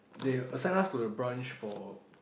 they assign us to the branch for